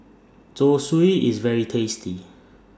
Zosui IS very tasty